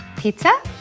pizza?